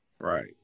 Right